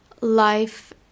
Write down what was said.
life